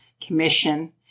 Commission